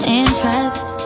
interest